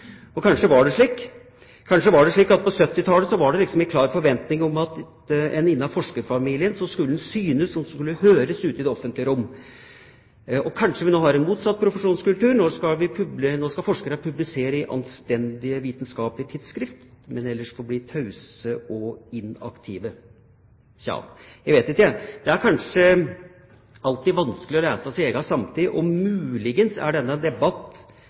og kanskje var det slik. Kanskje var det slik at på 1970-tallet var det en klar forventning om at innen forskerfamilien skulle en synes og høres ute i det offentlige rom. Kanskje har vi nå en motsatt profesjonskultur. Nå skal forskerne publisere i anstendige, vitenskapelige tidsskrift, men ellers forbli tause og inaktive. Tja, jeg vet ikke. Det er alltid vanskelig å lese sin egen samtid. Muligens er dette en debatt